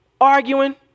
arguing